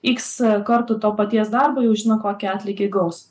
iks kartų to paties darbo jau žino kokį atlygį gaus